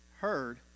heard